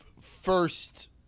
first